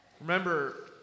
Remember